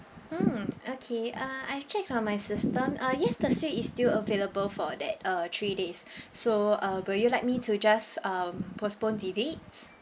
mm okay uh I've checked on my system uh yes the suite is still available for that uh three days so uh will you like me to just um postpone the dates